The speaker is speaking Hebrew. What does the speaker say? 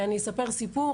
אני אספר סיפור,